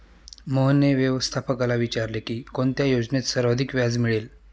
मोहनने व्यवस्थापकाला विचारले की कोणत्या योजनेत सर्वाधिक व्याज मिळेल?